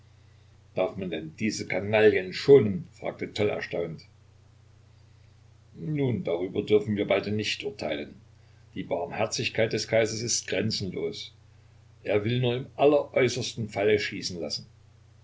darf man den diese kanaillen schonen fragte toll erstaunt nun darüber dürfen wir beide nicht urteilen die barmherzigkeit des kaisers ist grenzenlos er will nur im alleräußersten falle schießen lassen